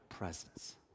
presence